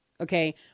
okay